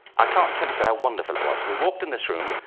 i can't tell you how wonderful it was. we walked in this room,